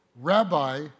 rabbi